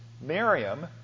Miriam